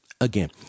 Again